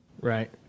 Right